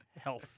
Health